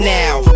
now